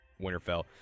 Winterfell